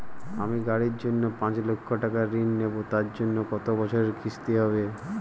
আমি গাড়ির জন্য পাঁচ লক্ষ টাকা ঋণ নেবো তার জন্য কতো বছরের কিস্তি হবে?